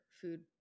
food